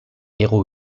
hego